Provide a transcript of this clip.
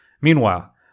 Meanwhile